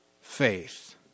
faith